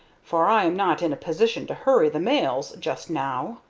for i am not in a position to hurry the mails just now.